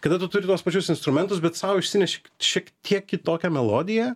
kada tu turi tuos pačius instrumentus bet sau išsineši šiek tiek kitokią melodiją